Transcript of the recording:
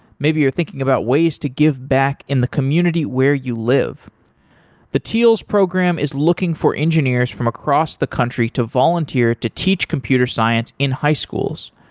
maybe you're thinking about ways to give back in the community where you live the teals program is looking for engineers from across the country to volunteer to teach computer science in high schools.